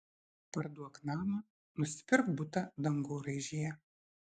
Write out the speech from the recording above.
parduok namą nusipirk butą dangoraižyje